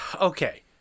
Okay